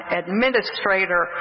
administrator